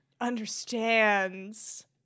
understands